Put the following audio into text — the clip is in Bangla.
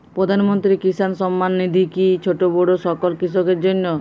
প্রধানমন্ত্রী কিষান সম্মান নিধি কি ছোটো বড়ো সকল কৃষকের জন্য?